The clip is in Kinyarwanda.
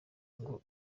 ngo